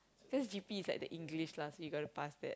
cause G_P is like the English lah so you gotta pass that